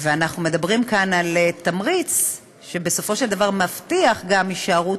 ואנחנו מדברים כאן על תמריץ שבסופו של דבר מבטיח גם הישארות,